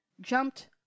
jumped